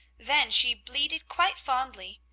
then she bleated quite fondly,